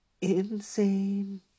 insane